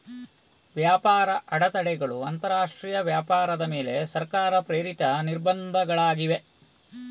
ವ್ಯಾಪಾರ ಅಡೆತಡೆಗಳು ಅಂತರಾಷ್ಟ್ರೀಯ ವ್ಯಾಪಾರದ ಮೇಲೆ ಸರ್ಕಾರ ಪ್ರೇರಿತ ನಿರ್ಬಂಧಗಳಾಗಿವೆ